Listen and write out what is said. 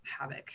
havoc